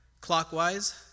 clockwise